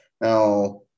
now